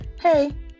Hey